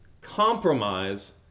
compromise